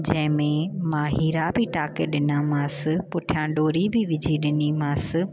जंहिंमें मां हीरा बि टाके ॾिनामांसि पुठियां डोरी बि विझी ॾिनीमांसि